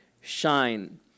Shine